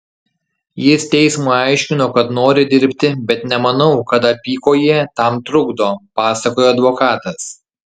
jis teismui aiškino kad nori dirbti bet nemanau kad apykojė tam trukdo pasakojo advokatas